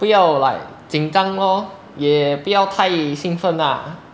不要 like 紧张 lor 也不要太兴奋 ah